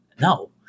no